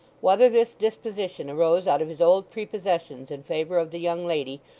whether this disposition arose out of his old prepossessions in favour of the young lady,